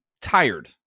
tired